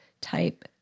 type